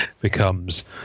becomes